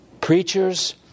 Preachers